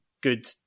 good